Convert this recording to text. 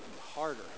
harder